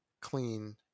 clean